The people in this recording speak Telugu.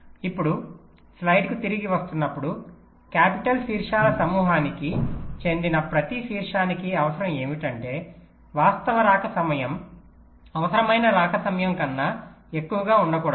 ఇప్పుడు స్లైడ్కు తిరిగి వస్తున్నప్పుడు కాపిటల్ శీర్షాల సమూహానికి చెందిన ప్రతి శీర్షానికి అవసరం ఏమిటంటే వాస్తవ రాక సమయం అవసరమైన రాక సమయం కంటే ఎక్కువగా ఉండకూడదు